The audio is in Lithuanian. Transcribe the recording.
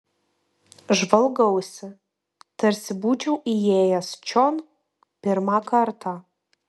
žvalgausi tarsi būčiau įėjęs čion pirmą kartą